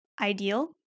ideal